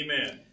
Amen